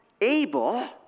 Abel